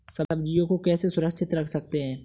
सब्जियों को कैसे सुरक्षित रख सकते हैं?